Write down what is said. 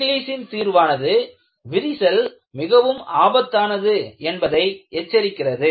இங்லீஸின் தீர்வானது விரிசல் மிகவும் ஆபத்தானது என்பதை எச்சரிக்கிறது